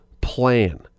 plan